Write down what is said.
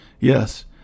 Yes